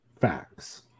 facts